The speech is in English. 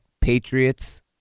Patriots